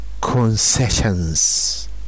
concessions